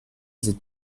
sind